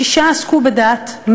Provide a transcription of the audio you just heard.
שישה עסקו בדת,